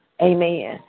Amen